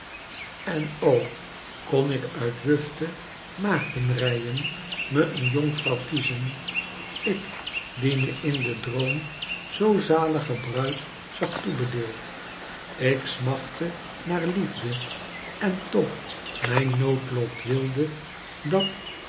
en o kon ik uit wufte maagdenreyen me een jonkvrouw kiezcn ik die me in den droom zoo zaalge bruid zag toebedeeld ik smachtte naar liefde en toch mijn noodlot wilde dat